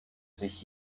sich